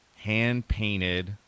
hand-painted